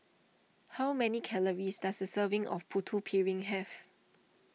how many calories does a serving of Putu Piring have